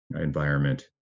environment